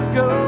go